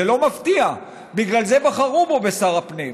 זה לא מפתיע, בגלל זה בחרו בו, בשר הפנים.